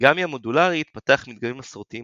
האוריגמי המודולרי התפתח מדגמים מסורתיים